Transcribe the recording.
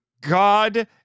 God